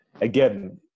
again